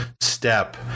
step